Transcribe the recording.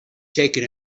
taken